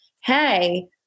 hey